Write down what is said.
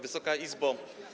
Wysoka Izbo!